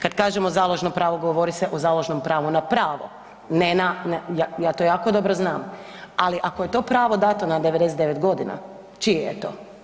Kad kažemo založno pravo, govori se o založnom pravu na pravo, ne na, ja to jako dobro znam, ali ako je to pravo dato na 99 g., čije je to?